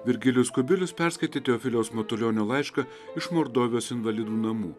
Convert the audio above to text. virgilijus kubilius perskaitė teofiliaus matulionio laišką iš mordovijos invalidų namų